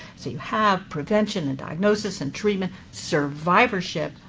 so you have prevention, and diagnosis, and treatment, survivorship,